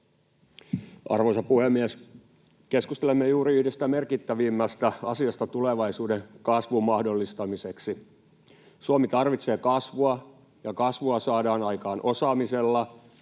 Arvoisa puhemies! Keskustelemme juuri yhdestä merkittävimmästä asiasta tulevaisuuden kasvun mahdollistamiseksi. Suomi tarvitsee kasvua, kasvua saadaan aikaan osaamisella,